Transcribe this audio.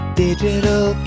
digital